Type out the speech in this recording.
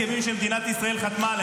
מי גיבש את הקואליציה?